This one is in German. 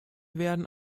werden